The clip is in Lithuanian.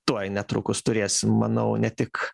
tuoj netrukus turėsim manau ne tik